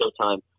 Showtime